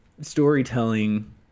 storytelling